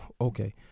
okay